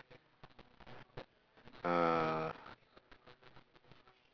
ah